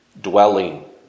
dwelling